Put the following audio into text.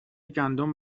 گندم